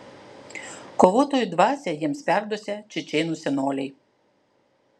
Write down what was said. kovotojų dvasią jiems perduosią čečėnų senoliai